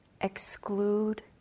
exclude